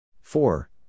four